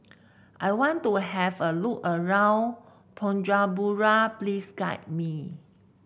I want to have a look around Bujumbura please guide me